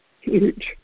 huge